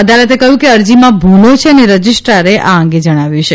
અદાલતે કહ્યું કે અરજીમાં ભૂલો છે અને રજીસ્ટ્રારે આ અંગે જણાવ્યું છે